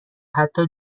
حتی